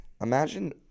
Imagine